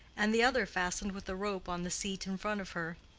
and the other fastened with a rope on the seat in front of her.